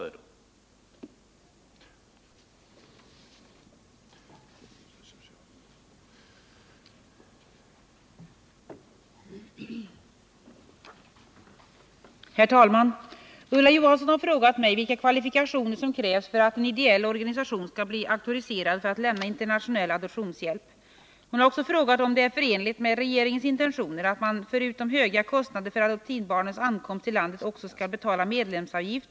för att kunna accepteras som adoptionsförälder?